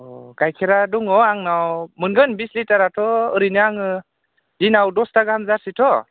अ गाइखेरा दङ आंनाव मोनगोन बिस लिटाराथ' ओरैनो आङो दिनाव दसथा गाहाम जार्सिथ'